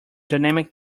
dynamic